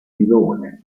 filone